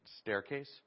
staircase